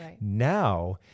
Now